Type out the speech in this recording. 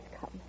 come